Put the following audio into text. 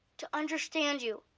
to understand you,